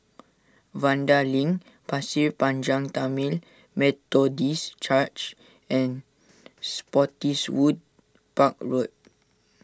Vanda Link Pasir Panjang Tamil Methodist Church and Spottiswoode Park Road